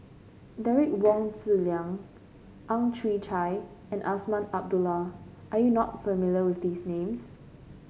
Derek Wong Zi Liang Ang Chwee Chai and Azman Abdullah are you not familiar with these names